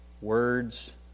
words